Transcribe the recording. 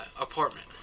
apartment